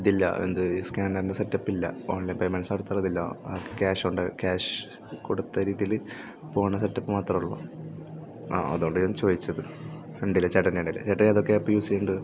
ഇതില്ല എന്ത് ഈ സ്കാന്നറിൻ്റെ സെറ്റപ്പില്ല ഓൺലൈൻ പേയ്മെൻറ്റ്സ് നടത്തണതില്ല ക്യാഷ് ഓൺ ക്യാഷ് കൊടുത്ത രീതിയിൽ പോണ സെറ്റപ്പ് മാത്രമേ ഉള്ളൂ ആ അത് കൊണ്ടാ ഞാൻ ചോദിച്ചത് ഉണ്ടല്ലേ ചേട്ടന്റെ ഉണ്ടല്ലേ ചേട്ടൻ ഏതൊക്കെ ആപ്പ് യൂസ് ചെയ്യുന്നുണ്ട്